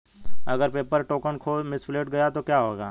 अगर paper token खो misplaced गया तो क्या होगा?